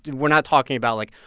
and we're not talking about, like,